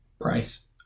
price